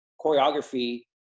choreography